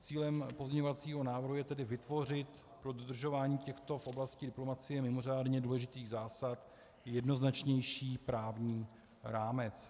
Cílem pozměňovacího návrhu je tedy vytvořit pro dodržování těchto v oblasti diplomacie mimořádně důležitých zásad jednoznačnější právní rámec.